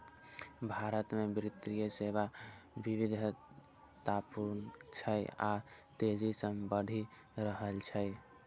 भारत मे वित्तीय सेवा विविधतापूर्ण छै आ तेजी सं बढ़ि रहल छै